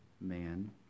man